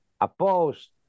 opposed